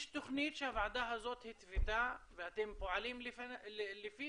יש תוכנית שהוועדה הזאת התוותה ואתם פועלים לפיו,